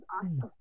awesome